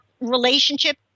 relationship